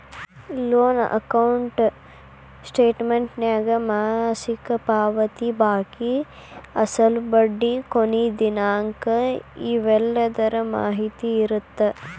loan account ಸ್ಟೇಟಮೆಂಟ್ನ್ಯಾಗ ಮಾಸಿಕ ಪಾವತಿ ಬಾಕಿ ಅಸಲು ಬಡ್ಡಿ ಕೊನಿ ದಿನಾಂಕ ಇವೆಲ್ಲದರ ಮಾಹಿತಿ ಇರತ್ತ